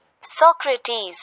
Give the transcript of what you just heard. Socrates